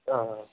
ఆ